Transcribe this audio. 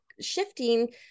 shifting